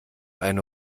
eine